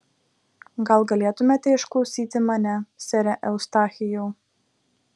gal galėtumėte išklausyti mane sere eustachijau